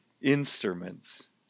instruments